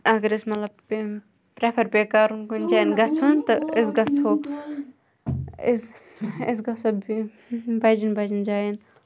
اَگَر اَسہِ مَطلَب پریٚفَر پیٚیہِ کَرُن کُنہِ جایہِ گَژھُن تہٕ أسۍ گَژھو بَجن بَجَن جایَن